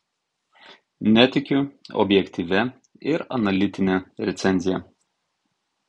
netikiu objektyvia ir analitine recenzija